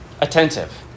attentive